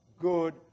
good